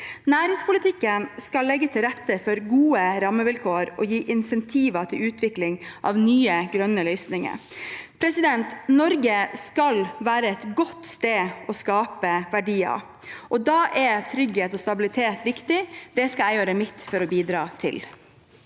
Næringspolitikken skal legge til rette for gode rammevilkår og gi insentiver til utvikling av nye grønne løsninger. Norge skal være et godt sted å skape verdier. Da er trygghet og stabilitet viktig – det skal jeg gjøre mitt for å bidra til.